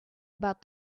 about